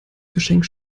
geschenk